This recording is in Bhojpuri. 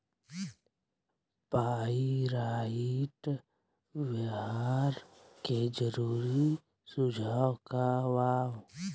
पाइराइट व्यवहार के जरूरी सुझाव का वा?